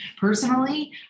Personally